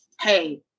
hey